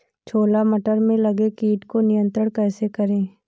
छोला मटर में लगे कीट को नियंत्रण कैसे करें?